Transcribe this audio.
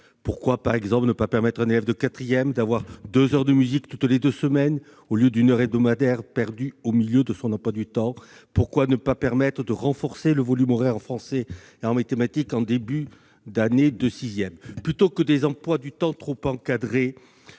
Pourquoi, par exemple, ne pas permettre un élève de quatrième d'avoir deux heures de musique toutes les deux semaines, au lieu d'une heure hebdomadaire perdue au milieu de son emploi du temps ? Pourquoi ne pas autoriser le renforcement du volume horaire en français et en mathématiques au début de l'année de sixième ? Plutôt que d'imposer des emplois du temps trop encadrés,